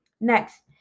Next